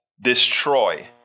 destroy